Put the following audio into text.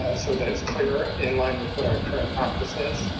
ah so that it's clearer in line with what our current practice is.